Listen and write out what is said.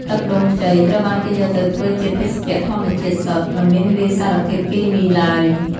ទឹកដូងខ្ចីត្រូវបានគេយកទៅធ្វើជាភេសជ្ជៈធម្មជាតិសុទ្ធ មិនមានលាយសារធាតុគីមីឡើយ។